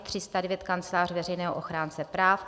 309 Kancelář Veřejného ochránce práv